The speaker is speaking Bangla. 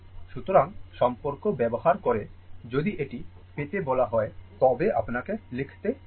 সুতরাং সম্পর্ক ব্যবহার করে যদি এটি পেতে বলা হয় তবে আপনাকে লিখতে হবে